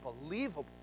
unbelievable